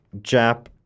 Jap